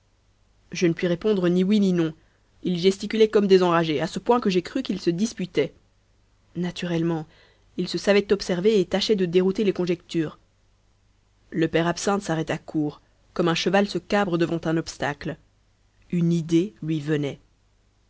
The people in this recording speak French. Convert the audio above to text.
je ne puis répondre ni oui ni non ils gesticulaient comme des enragés à ce point que j'ai cru qu'ils se disputaient naturellement ils se savaient observés et tâchaient de dérouter les conjectures le père absinthe s'arrêta court comme un cheval se cabre devant un obstacle une idée lui venait